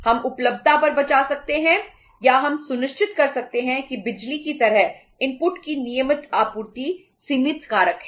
हम उपलब्धता पर बचत कर सकते हैं या हम सुनिश्चित कर सकते हैं कि बिजली की तरह इनपुट की नियमित आपूर्ति सीमित कारक है